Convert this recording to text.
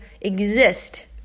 exist